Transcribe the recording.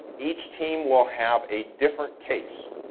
each team will have a different case.